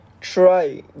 try